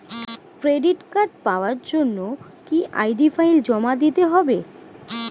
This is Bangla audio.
ক্রেডিট কার্ড পাওয়ার জন্য কি আই.ডি ফাইল জমা দিতে হবে?